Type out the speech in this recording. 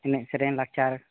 ᱮᱱᱮᱡ ᱥᱮᱨᱮᱧ ᱞᱟᱠᱪᱟᱨ